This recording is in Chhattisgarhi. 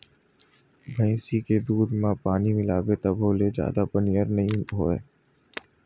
भइसी के दूद म पानी मिलाबे तभो ले जादा पनियर नइ होवय